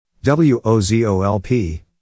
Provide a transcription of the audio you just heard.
W-O-Z-O-L-P